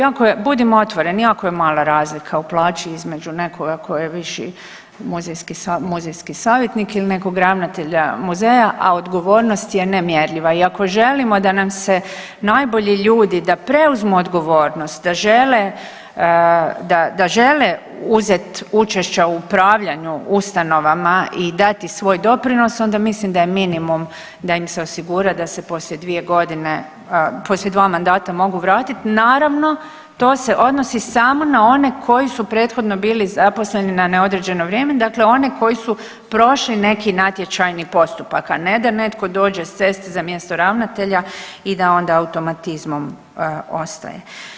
Jako je, budimo otvoreni, jako je mala razlika u plaći između nekoga ko je viši muzejski savjetnik ili nekog ravnatelja muzeja, a odgovornost je nemjerljiva i ako želimo da nam se najbolji ljudi da preuzmu odgovornost, da žele, da žele uzet učešća u upravljanju ustanovama i dati svoj doprinos onda mislim da je minimum da im se osigura da se poslije 2.g., poslije dva mandata mogu vratit, naravno to se odnosi samo na one koji su prethodno bili zaposleni na neodređeno vrijeme, dakle one koji su prošli neki natječajni postupak, a ne da netko dođe s ceste za mjesto ravnatelja i da onda automatizmom ostaje.